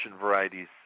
varieties